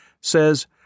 says